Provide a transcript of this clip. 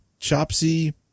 Chopsy